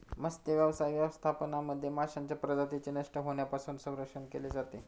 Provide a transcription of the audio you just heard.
मत्स्यव्यवसाय व्यवस्थापनामध्ये माशांच्या प्रजातींचे नष्ट होण्यापासून संरक्षण केले जाते